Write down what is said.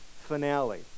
finale